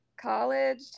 college